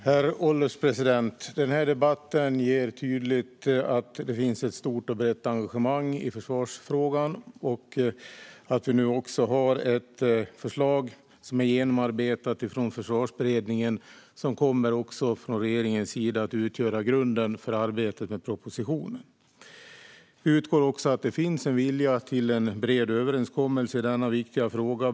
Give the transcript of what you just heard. Herr ålderspresident! Denna debatt gör tydligt att det finns ett stort och brett engagemang i försvarsfrågan. Vi har nu också ett förslag som är genomarbetat från Försvarsberedningen och som från regeringens sida kommer att utgöra grunden för arbetet med propositionen. Jag utgår från att det finns en vilja till en bred överenskommelse i denna viktiga fråga.